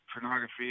pornography